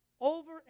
over